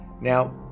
Now